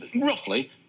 roughly